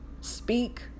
speak